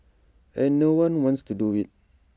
and no one wants to do IT